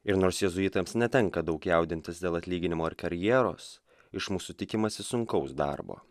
ir nors jėzuitams netenka daug jaudintis dėl atlyginimų ar karjeros iš mūsų tikimasi sunkaus darbo